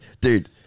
dude